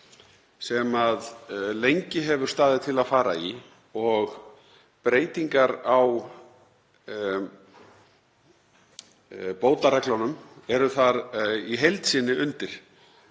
sem lengi hefur staðið til að fara í og breytingar á bótareglunum eru þar í heild sinni undir.